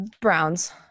Browns